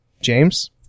James